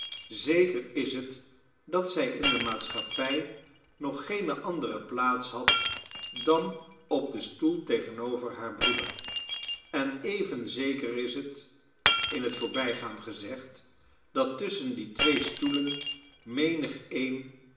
zeker is het dat zij in de maatschappij nog geene andere plaats had dan op den stoel tegenover haar broeder en even zeker is het in het voorbijgaan ge zegd dat tusschen die twee stoelen menigeen